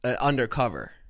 undercover